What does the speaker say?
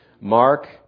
Mark